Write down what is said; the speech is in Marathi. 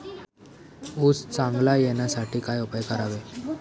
ऊस चांगला येण्यासाठी काय उपाय करावे?